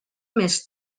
més